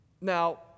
Now